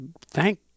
thank